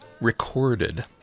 recorded